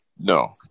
No